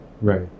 right